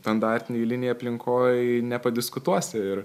standartinėj eilinėj aplinkoj nepadiskutuosi ir